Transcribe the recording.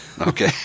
Okay